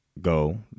go